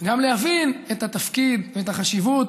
וגם להבין את התפקיד ואת החשיבות